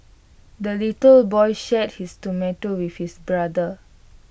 the little boy shared his tomato with his brother